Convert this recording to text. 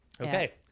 Okay